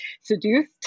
seduced